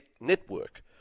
network